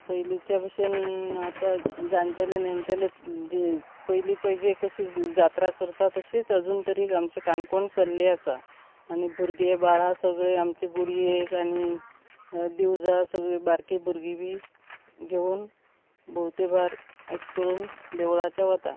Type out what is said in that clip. पयलींच्या भशेन आतां जाणटेले नेणटेले जे पयलीं पय जे कशी जात्रा करता तशीच अजून तरी आमचे काणकोण चलिल्ली आसा आनी भुरगे बाळा सगळे आमचे गुडयेक आनी दिवजां सगळीं बारके भुरगीं बी घेवन भोंवतेबार अशें करून देवळाचेर वता